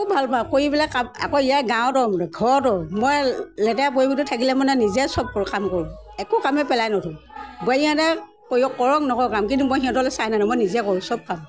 খুব ভাল পাওঁ কৰি পেলাই কাম আকৌ ইয়াৰ গাঁৱতো ঘৰতো মই লেতেৰা পৰিৱেশত থাকিলে মানে নিজে চব কৰোঁ কাম কৰোঁ একো কামেই পেলাই নথওঁ বোৱাৰীহ'তে কৰি কৰক নকৰক কাম কিন্তু মই সিহঁতলৈ চাই নাথাকোঁ মই নিজে কৰোঁ চব কাম